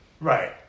Right